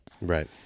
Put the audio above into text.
Right